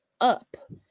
up